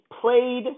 played